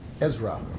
Ezra